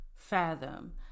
fathom